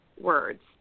words